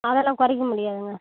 அதெலாம் குறைக்க முடியாதுங்க